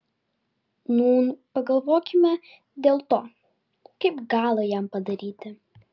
nūn pagalvokime dėl to kaip galą jam padaryti